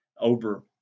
over